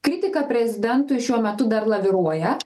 kritika prezidentui šiuo metu dar laviruoja